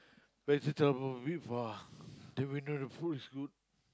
vegetable with !wah! then we know the food is good